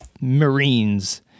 Marines